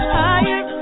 higher